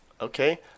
Okay